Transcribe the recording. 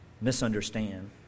misunderstand